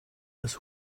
dass